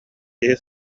киһи